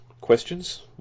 questions